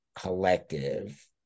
collective